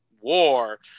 war